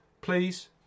Please